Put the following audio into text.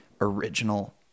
original